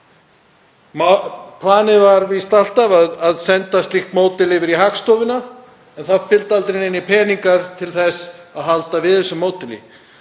Planið var víst alltaf að senda slíkt módel yfir í Hagstofuna en það fylgdu aldrei neinir peningar til þess að halda þessu módeli